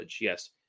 yes